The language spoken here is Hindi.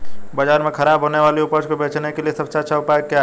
बाजार में खराब होने वाली उपज को बेचने के लिए सबसे अच्छा उपाय क्या है?